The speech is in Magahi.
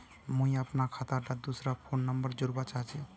मुई अपना खाता डात दूसरा फोन नंबर जोड़वा चाहची?